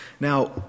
Now